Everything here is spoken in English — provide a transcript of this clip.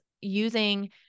using